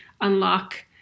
unlock